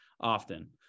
often